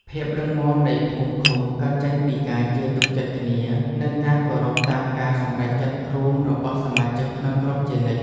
ភាពរឹងមាំនៃភូមិឃុំកើតចេញពីការជឿទុកចិត្តគ្នា និងការគោរពតាមការសម្រេចចិត្តរួមរបស់សមាជិកក្នុងក្រុមជានិច្ច។